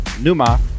Numa